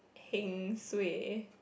heng suay